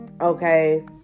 okay